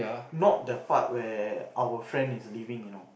not the part where our friend is living you know